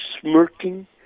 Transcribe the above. smirking